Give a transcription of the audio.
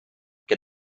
què